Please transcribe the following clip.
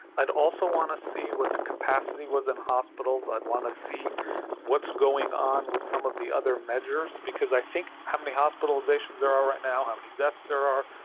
i'd also want to see what the capacity was in hospitals, i'd want to see what's going on with some of the other measures, because i think how many hospitalisations there are right now, how many deaths there are,